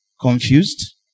Confused